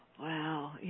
Wow